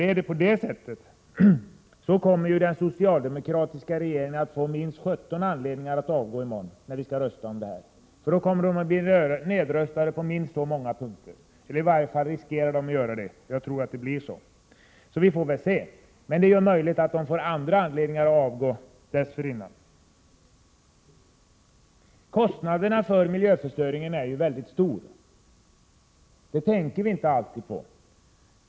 Är det på det sättet, så kommer ju den socialdemokratiska regeringen att få minst 17 anledningar att avgå i morgon, när vi skall rösta om detta, för då kommer socialdemokraterna att bli nedröstade på minst så många punkter. I varje fall riskerar de att bli det, och jag tror att det blir så — vi får väl Prot. 1987/88:134 se. Men det är ju möjligt att regeringen får andra anledningar att avgå 6 juni 1988 dessförinnan. Kostnaderna för miljöförstöringen är oerhört stora. Det tänker man inte alltid på.